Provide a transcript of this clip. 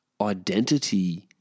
identity